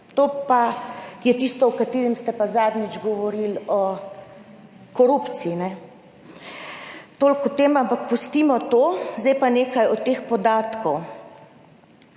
To pa je tisto, o čemer ste pa zadnjič govorili – o korupciji. Toliko o tem, ampak pustimo to. Zdaj pa nekaj o teh podatkih.